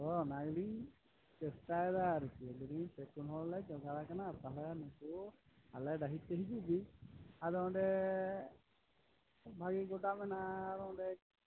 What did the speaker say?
ᱚ ᱚᱱᱟᱜᱮᱞᱤᱧ ᱪᱮᱥᱴᱟᱭᱮᱫᱟ ᱟᱨᱠᱤ ᱞᱟᱹᱭ ᱮᱫᱟᱞᱤᱧ ᱯᱮ ᱯᱩᱱ ᱦᱚᱲ ᱞᱮ ᱡᱚᱜᱟᱲ ᱟᱠᱟᱱᱟ ᱛᱟᱦᱚᱞᱮ ᱱᱩᱠᱩ ᱟᱞᱮ ᱰᱟᱹᱦᱤ ᱛᱮ ᱦᱤᱡᱩᱜ ᱵᱤᱱ ᱟᱫᱚ ᱚᱸᱰᱮ ᱵᱷᱟᱹᱜᱤ ᱜᱚᱰᱟ ᱢᱮᱱᱟᱜᱼᱟ ᱟᱨ ᱚᱸᱰᱮ